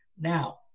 Now